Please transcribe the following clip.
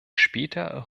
später